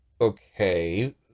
Okay